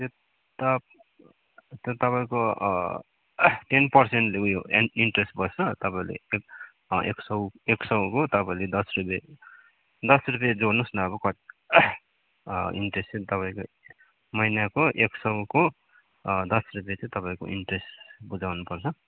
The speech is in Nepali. त्यो त त्यो तपाईँको टेन पर्सेनन्टले उयो एन् इन्ट्रेस बस्छ तपाईँले एक सय एक सयको तपाईँले दस रुपियाँ दस रुपियाँ जोड्नुहोस् न अब कत् इन्ट्रेस चाहिँ तपाईँको महिनाको एक सयको दस रुपियाँ चाहिँ तपाईँको इन्ट्रेस बुझाउनु पर्छ